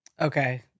Okay